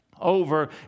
Over